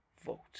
vote